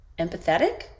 Empathetic